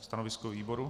Stanovisko výboru?